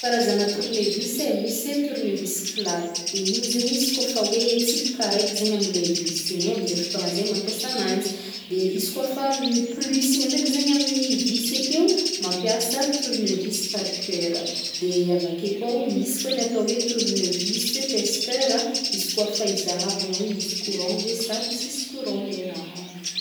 Karazagna tournevis e, misy e tournevis plate, de igny zegny izy kaofa hoe tsipika araiky zegny amle vis igny amzay fotoagna zay mampiasa agnanjy, izy kaofa plus igny ndraiky zegny amin'ny vis akeo, mampiasa tournevis parker, de avake koa misy koa atao hoe tournevis testeur a, izy kaofa hizahavana hoe misy courant ve sa tsisy courant le raha ake.